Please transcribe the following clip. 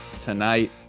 tonight